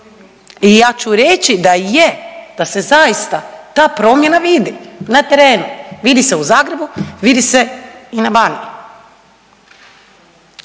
I ja ću reći da i je da se zaista ta promjena vidi na terenu, vidi se u Zagrebu, vidi se i na Baniji.